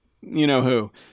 you-know-who